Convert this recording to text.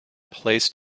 placed